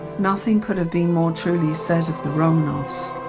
nothing could have been more truly said of the romanovs.